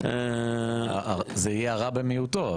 זה יהיה הרע במיעוטו,